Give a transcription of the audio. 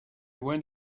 went